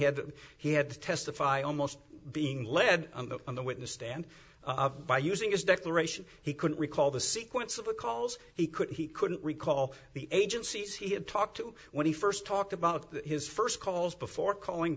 that he had to testify almost being led on the witness stand by using his declaration he couldn't recall the sequence of the calls he could he couldn't recall the agencies he had talked to when he first talked about his first calls before calling